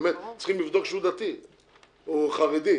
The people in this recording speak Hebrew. צריכים לבדוק אם הוא דתי או חרדי.